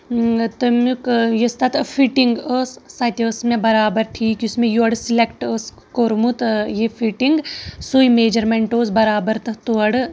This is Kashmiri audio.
نہ تَمیُک یُس تَتھ فِٹِنگ ٲسۍ سۄ تہِ ٲسۍ مےٚ برابر ٹھیٖک یُس مےٚ یورٕ سِلیکٹہٕ ٲس کوٚرمُت یہِ فِٹِنگ سُے میجرمینٹ اوس برابر تَتھ تورٕ